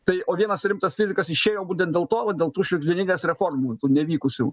tai o vienas rimtas fizikas išėjo būtent dėl to va dėl tų šiugždinienės reformų tų nevykusių